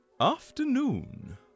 Afternoon